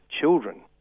children